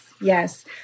yes